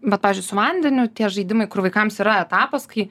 vat pavyzdžiui su vandeniu tie žaidimai kur vaikams yra etapas kai